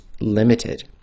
limited